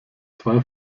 zwei